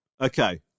Okay